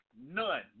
None